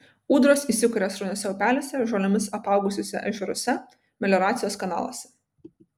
ūdros įsikuria srauniuose upeliuose žolėmis apaugusiuose ežeruose melioracijos kanaluose